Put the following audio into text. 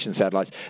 satellites